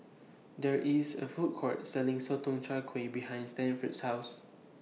There IS A Food Court Selling Sotong Char Kway behind Stanford's House